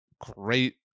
great